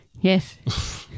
yes